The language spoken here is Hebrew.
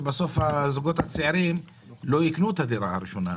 ובסוף זוגות צעירים לא יקנו דירה ראשונה.